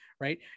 right